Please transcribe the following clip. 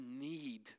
need